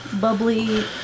bubbly